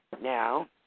now